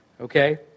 Okay